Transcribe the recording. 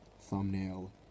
thumbnail